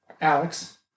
Alex